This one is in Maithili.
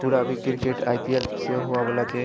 पूरा अभी क्रिकेट आइ पी एल सेहो होवयवला छै